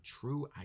true